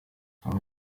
baba